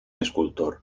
escultor